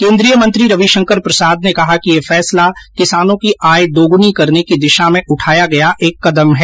केन्द्रीय मंत्री रविशंकर प्रसाद ने कहा कि यह फैसला किसानों की आय दोगुनी करने की दिशा में उठाया गया एक कदम है